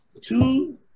two